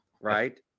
Right